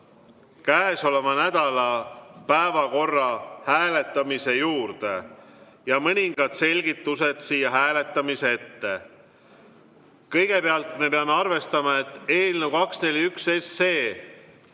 käesoleva nädala päevakorra hääletamise juurde. Mõningad selgitused siia ette. Kõigepealt me peame arvestama, et eelnõu 241